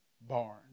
barn